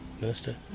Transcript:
minister